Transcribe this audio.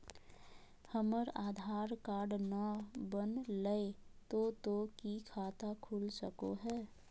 हमर आधार कार्ड न बनलै तो तो की खाता खुल सको है?